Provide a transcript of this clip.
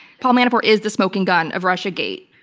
paul manafort is the smoking gun of russiagate.